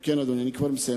אדוני, אני כבר מסיים.